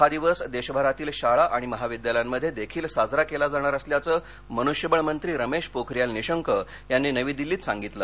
हा दिवस देशभरातील शाळा आणि महाविद्यालयांमध्ये देखील साजरा केला जाणार असल्याचं मनुष्यबळ मंत्री रमेश पोखरियाल निशंक यांनी नवी दिल्लीत सांगितलं